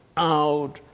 Out